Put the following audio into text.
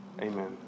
Amen